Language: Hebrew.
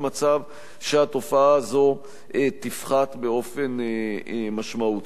מצב שהתופעה הזאת תפחת באופן משמעותי.